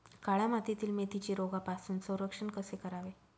काळ्या मातीतील मेथीचे रोगापासून संरक्षण कसे करावे?